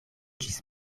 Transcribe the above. ĝis